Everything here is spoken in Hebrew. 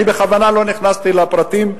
אני בכוונה לא נכנסתי לפרטים,